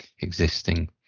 existing